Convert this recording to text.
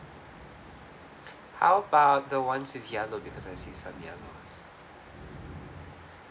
how about the ones with yellow because I see some yellows